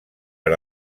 per